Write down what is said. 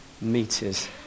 meters